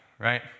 right